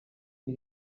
nie